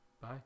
Bye